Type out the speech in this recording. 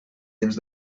dins